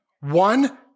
One